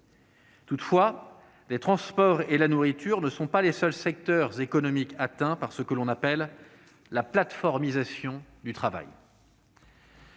Toutefois, les transports et la nourriture ne sont pas les seuls secteurs économiques atteints par ce que l'on appelle « la plateformisation » du travail.